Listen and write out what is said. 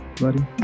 buddy